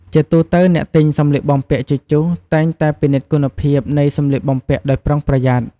ជាទូទៅ អ្នកទិញសម្លៀកបំពាក់ជជុះតែងតែពិនិត្យគុណភាពនៃសម្លៀកបំពាក់ដោយប្រុងប្រយ័ត្ន។